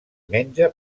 menja